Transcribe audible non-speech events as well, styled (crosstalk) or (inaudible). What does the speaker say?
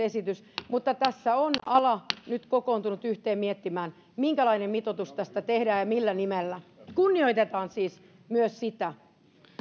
(unintelligible) esitys tässä on ala nyt kokoontunut yhteen miettimään minkälainen mitoitus tästä tehdään ja millä nimellä kunnioitetaan siis myös sitä ja